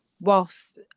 whilst